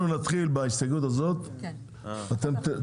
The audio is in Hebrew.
ההסתייגות התקבלה.